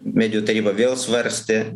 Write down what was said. medijų taryba vėl svarstė